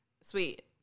Sweet